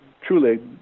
truly